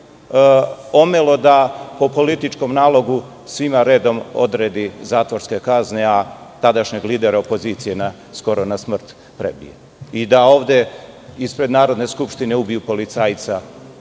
omelo sud da po političkom nalogu svima redom odredi zatvorske kazne, a tadašnjeg lidera opozicije skoro na smrt prebili i da ovde ispred Narodne skupštine ubiju policajca.